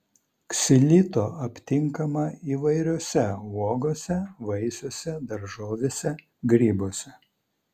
ksilito aptinkama įvairiose uogose vaisiuose daržovėse grybuose